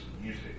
music